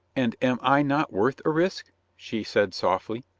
and am i not worth a risk? she said softly.